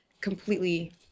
completely